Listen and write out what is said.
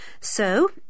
So